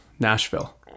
Nashville